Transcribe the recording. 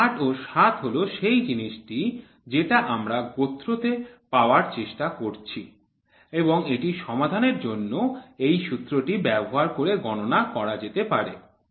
এই ৮ ও ৭ হল সেই জিনিসটিই যেটা আমরা গোত্র তে পাওয়ার চেষ্টা করছি এবং এটি সমাধানের জন্য এই সূত্রটি ব্যবহার করে গণনা করা যেতে পারে